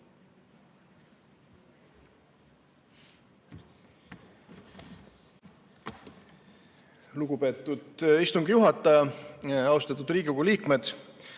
Lugupeetud istungi juhataja! Austatud Riigikogu liikmed!